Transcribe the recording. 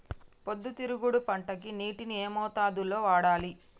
పొద్దుతిరుగుడు పంటకి నీటిని ఏ మోతాదు లో వాడాలి?